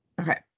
Okay